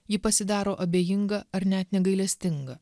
ji pasidaro abejinga ar net negailestinga